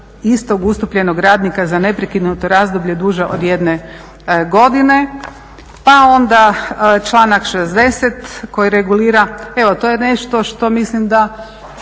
istog ustupljenog radnika za neprekidno, te razdoblje duže od 1 godine. Pa onda članak 60. koji regulira, evo to je nešto što mislim da